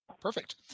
Perfect